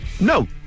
No